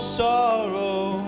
sorrow